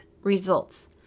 results